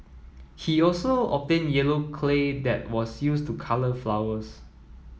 he also obtained yellow clay that was used to colour flowers